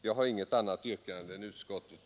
Jag har inget annat yrkande än utskottets.